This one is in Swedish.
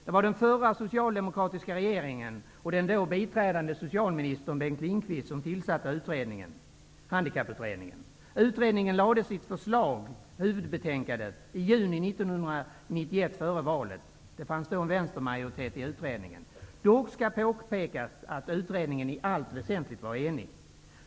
Det var den förra socialdemokratiska regeringen och den biträdande socialministern Bengt Lindqvist som tillsatte handikapputredningen. Utredningen lade fram sitt huvudbetänkande i juni 1991, före valet. Det fanns då en vänstermajoritet i utredningen. Dock skall påpekas att utredningen i allt väsentligt var enig.